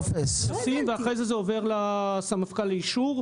טפסים ואחרי זה זה עובר לסמפכ"ל לאישור.